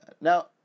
Now